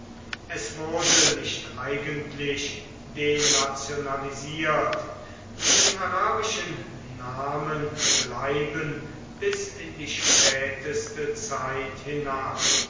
es wurde nicht eigentlich denationalisiert die arabischen namen bleiben bis in die späteste zeit hinab